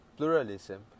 pluralism